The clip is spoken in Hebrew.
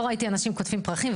לא ראיתי אנשים קוטפים פרחים,